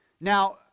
Now